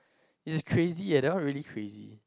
is crazy eh that one really crazy